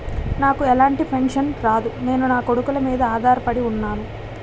నాకు ఎలాంటి పెన్షన్ రాదు నేను నాకొడుకుల మీద ఆధార్ పడి ఉన్నాను